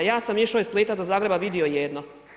Ja sam išla iz Splita do Zagreba, vidio jedno.